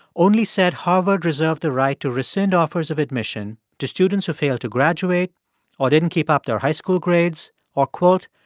only said harvard reserved the right to rescind offers of admission to students who fail to graduate or didn't keep up their high school grades or, quote,